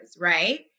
right